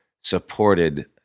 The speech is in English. supported